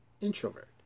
introvert